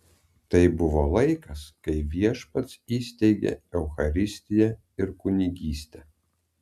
tai buvo laikas kai viešpats įsteigė eucharistiją ir kunigystę